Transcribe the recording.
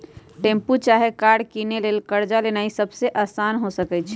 tempo चाहे car किनै लेल कर्जा लेनाइ सबसे अशान रस्ता हो सकइ छै